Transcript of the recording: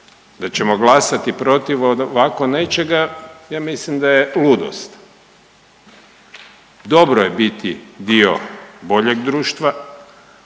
da ćemo glasati protiv ovako nečega ja mislim da je ludost. Dobro je biti dio boljeg društva,